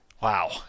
Wow